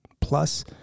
plus